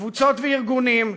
קבוצות וארגונים,